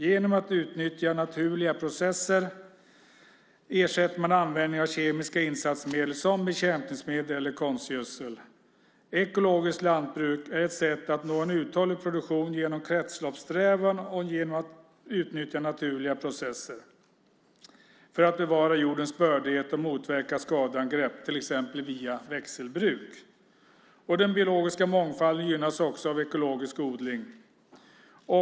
Genom att utnyttja naturliga processer ersätter man användningen av kemiska insatsmedel som bekämpningsmedel eller konstgödsel. Ekologiskt lantbruk är ett sätt att nå en uthållig produktion genom kretsloppssträvan och genom att utnyttja naturliga processer för att bevara jordens bördighet och motverka skadeangrepp, till exempel via växelbruk. Den biologiska mångfalden gynnas också av ekologisk odling.